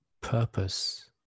purpose